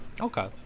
Okay